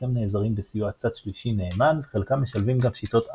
חלקם נעזרים בסיוע צד-שלישי נאמן וחלקם משלבים גם שיטות אסימטריות.